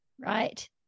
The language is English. right